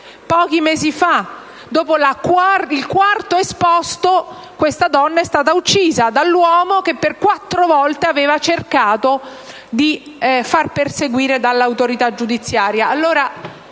settimane fa: dopo il quarto esposto una donna è stata uccisa dall'uomo che per quattro volte lei aveva cercato di far perseguire dall'autorità giudiziaria.